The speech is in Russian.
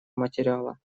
материала